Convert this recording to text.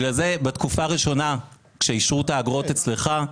בתקופה הראשונה, כשאישרו את האגרות אצלך,